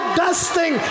dusting